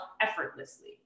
effortlessly